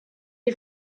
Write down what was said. die